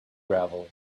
gravel